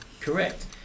Correct